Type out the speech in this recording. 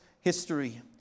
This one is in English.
history